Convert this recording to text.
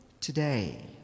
today